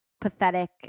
pathetic